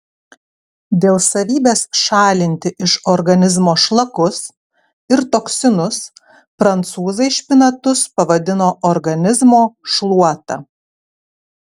dėl savybės šalinti iš organizmo šlakus ir toksinus prancūzai špinatus pavadino organizmo šluota